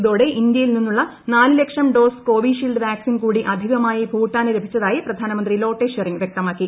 ഇതോടെ ഇന്ത്യയിൽ നിന്നുള്ള നാല് ലക്ഷം ഡോസ് കോവിഷീൽഡ് വാക്സിൻ കൂടി അധികമായി ഭൂട്ടാന് ലഭിച്ചതായി പ്രധാനമന്ത്രി ലോട്ടെ ഷെറിങ് വൃക്തമാക്കി